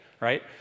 right